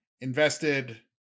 invested